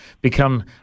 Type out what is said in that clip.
become